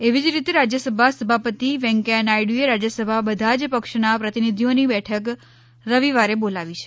એવી જ રીતે રાજ્યસભા સભાપતિ વેંકૈયા નાયડુએ રાજ્યસભા બધા જ પક્ષોનાં પ્રતિનિધીઓની બેઠક રવિવારે બોલાવી છે